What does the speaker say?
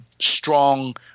strong